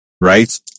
right